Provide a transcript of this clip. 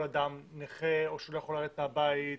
אדם נכה או לאדם שלא יכול לרדת מהבית וכולי.